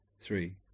three